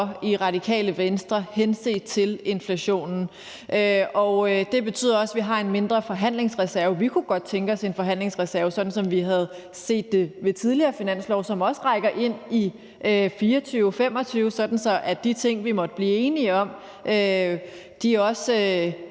i Radikale Venstre henset til inflationen. Det betyder også, at vi har en mindre forhandlingsreserve. Vi kunne godt tænke os en forhandlingsreserve, sådan som vi har set ved tidligere finanslove, som også rækker ind i 2024 og 2025, sådan at de ting, vi måtte blive enige om, er